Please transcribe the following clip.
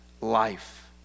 life